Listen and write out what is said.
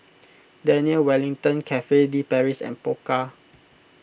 Daniel Wellington Cafe De Paris and Pokka